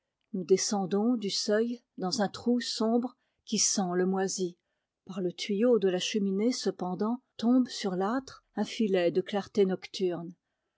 nous descendons du seuil dans un trou d'ombre qui sent le moisi par le tuyau de la cheminée cependant tombe sur l'âtre un filet de clarté nocturne